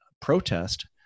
protest